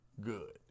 good